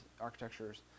architectures